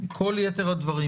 במליאה.